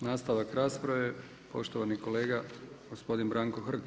Nastavak rasprave poštovani kolega gospodin Branko Hrg.